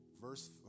verse